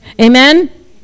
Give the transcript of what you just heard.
Amen